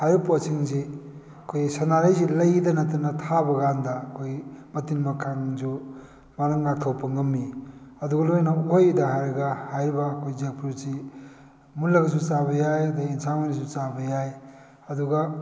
ꯍꯥꯏꯔꯤꯕ ꯄꯣꯠꯁꯤꯡꯁꯤ ꯑꯩꯈꯣꯏꯒꯤ ꯁꯅꯥꯔꯩꯁꯤ ꯂꯩꯗ ꯅꯠꯇꯅ ꯊꯥꯕ ꯀꯥꯟꯗ ꯑꯩꯈꯣꯏ ꯃꯇꯤꯟ ꯃꯀꯥꯡꯁꯨ ꯃꯥꯅ ꯉꯥꯛꯊꯣꯛꯄ ꯉꯝꯃꯤ ꯑꯗꯨꯒ ꯂꯣꯏꯅꯅ ꯎꯍꯩꯗ ꯍꯥꯏꯔꯒ ꯍꯥꯏꯔꯤꯕ ꯑꯩꯈꯣꯏ ꯖꯦꯛ ꯐ꯭ꯔꯨꯠꯁꯤ ꯃꯨꯜꯂꯒꯁꯨ ꯆꯥꯕ ꯌꯥꯏ ꯑꯗꯩ ꯏꯟꯁꯥꯡ ꯑꯣꯏꯅꯁꯨ ꯆꯥꯕ ꯌꯥꯏ ꯑꯗꯨꯒ